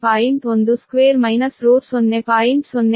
12 minus root 0